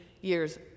years